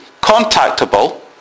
contactable